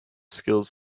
skills